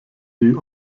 die